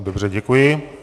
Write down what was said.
Dobře, děkuji.